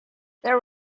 there